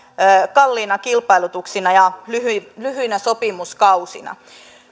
kalliina kilpailutuksina ja lyhyinä lyhyinä sopimuskausina